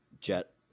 jet